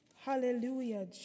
Hallelujah